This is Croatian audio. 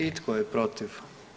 I tko je protiv?